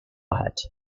hat